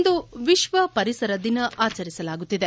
ಇಂದು ವಿಶ್ವ ಪರಿಸರ ದಿನ ಆಚರಿಸಲಾಗುತ್ತಿದೆ